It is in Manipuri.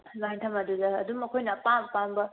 ꯑꯗꯨꯃꯥꯏꯅ ꯊꯝꯕꯗꯨꯗ ꯑꯗꯨꯝ ꯑꯩꯈꯣꯏꯅ ꯑꯄꯥꯝ ꯑꯄꯥꯝꯕ